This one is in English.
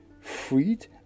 freed